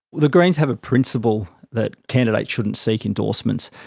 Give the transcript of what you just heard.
the greens have a principle that candidates should not seek endorsements,